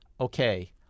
okay